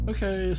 Okay